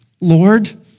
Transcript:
Lord